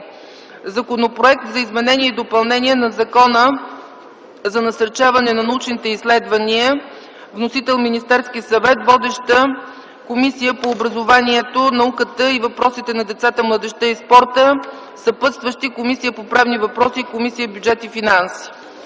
Законопроект за изменение и допълнение на Закона за насърчаване на научните изследвания. Вносител е Министерският съвет. Водеща е Комисията по образованието и науката и въпросите на децата, младежта и спорта. Съпътстващи са Комисията по правни въпроси и Комисията по бюджет и финанси.